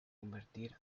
convertir